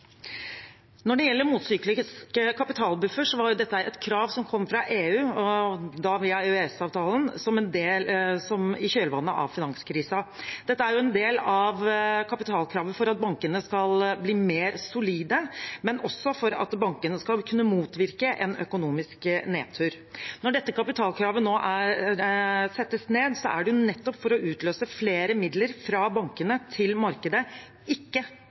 Når det gjelder motsyklisk kapitalbuffer, var dette et krav som kom fra EU, via EØS-avtalen, i kjølvannet av finanskrisen. Dette er en del av kapitalkravet for at bankene skal bli mer solide, men også for at bankene skal kunne motvirke en økonomisk nedtur. Når dette kapitalkravet nå settes ned, er det nettopp for å utløse flere midler fra bankene til markedet, ikke